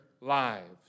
lives